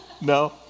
no